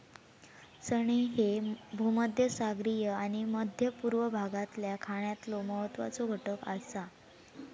चणे ह्ये भूमध्यसागरीय आणि मध्य पूर्व भागातल्या खाण्यातलो महत्वाचो घटक आसा